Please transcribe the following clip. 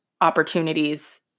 opportunities